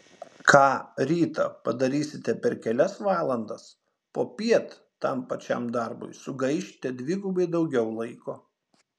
ką rytą padarysite per kelias valandas popiet tam pačiam darbui sugaišite dvigubai daugiau laiko